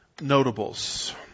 Notables